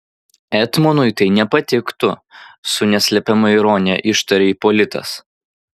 etmonui tai nepatiktų su neslepiama ironija ištarė ipolitas